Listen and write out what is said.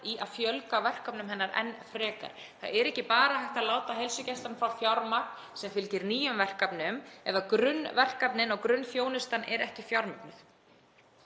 í að fjölga verkefnum hennar enn frekar. Það er ekki bara hægt að láta heilsugæsluna fá fjármagn sem fylgir nýjum verkefnum ef grunnverkefnin og grunnþjónustan eru ekki fjármögnuð.